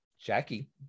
jackie